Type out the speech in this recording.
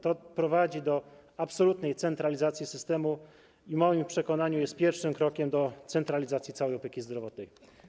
To prowadzi do absolutnej centralizacji systemu i w moim przekonaniu jest pierwszym krokiem do centralizacji całej opieki zdrowotnej.